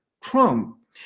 Trump